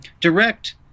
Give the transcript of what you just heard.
direct